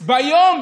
ביום,